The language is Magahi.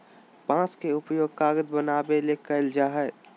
बांस के उपयोग कागज बनावे ले कइल जाय हइ